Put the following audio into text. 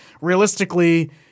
realistically-